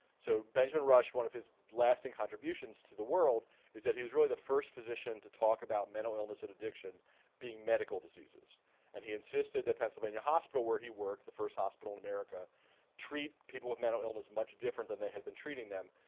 so benjamin rush, one of his lasting contributions to the world is that he was really the first physician to talk about mental illness and addiction being medical diseases and he insisted that pennsylvania hospital where he worked, the first hospital in america treat people with mental illness much different than they had been treating them.